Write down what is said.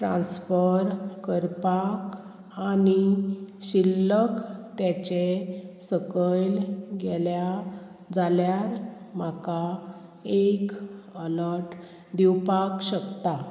transfer करपाक आनी शिल्लक तेचे सकयल गेल्या जाल्यार म्हाका एक अलर्ट दिवपाक शकता